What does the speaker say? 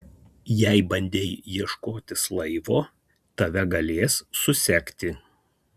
jei bandei ieškotis laivo tave galės susekti